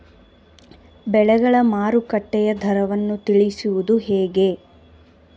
ಬೆಳೆಗಳ ಮಾರುಕಟ್ಟೆಯ ದರವನ್ನು ತಿಳಿಯುವುದು ಹೇಗೆ?